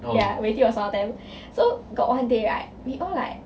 ya weity was one of them so got one day right we all like